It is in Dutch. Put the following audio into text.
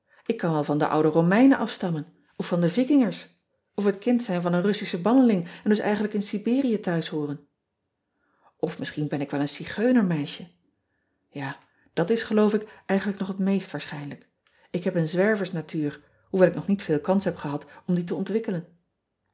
k kan wel van de oude omeinen afstammen of van de ikingers of het kind zijn van een ussischen banneling en dus eigenlijk in iberië thuis hooren f misschien ben ik wel een igeunermeisje ja dat is geloof ik eigenlijk nog het meest waarschijnlijk k heb een zwerversnatuur hoewel ik nog niet veel kans heb gehad om die te ontwikkelen